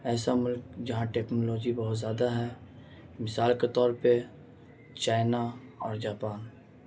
ایسا ملک جہاں ٹیکنالوجی بہت زیادہ ہے مثال کے طور پہ چائنا اور جاپان